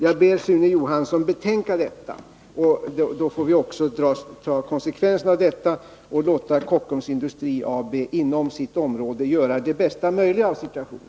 Jag ber Sune Johansson betänka detta. Då får vi också ta konsekvenserna härav och låta Kockums Industri AB inom sitt område göra det bästa möjliga av situationen.